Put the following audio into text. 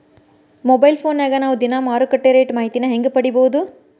Mobile ಫೋನ್ಯಾಗ ನಾವ್ ದಿನಾ ಮಾರುಕಟ್ಟೆ ರೇಟ್ ಮಾಹಿತಿನ ಹೆಂಗ್ ಪಡಿಬೋದು?